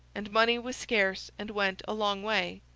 and money was scarce and went a long way.